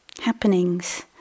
happenings